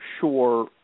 sure